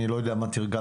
אני לא יודע מה תרגלתם.